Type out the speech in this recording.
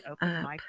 up